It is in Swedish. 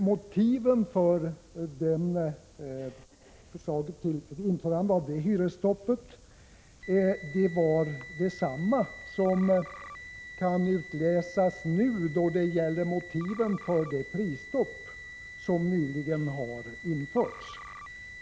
Motiven för införande av detta hyresstopp var desamma som man kan utläsa nu då det gäller motiven för det prisstopp som nyligen har införts.